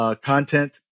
content